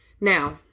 Now